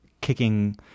kicking